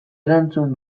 erantzun